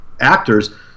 actors